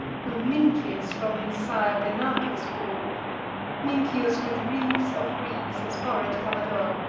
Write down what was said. whom mincius from his sire benacus bore mincius, with wreaths of reeds his forehead cover'd o'er.